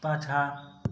पाछाँ